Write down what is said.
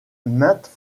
maintes